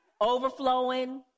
overflowing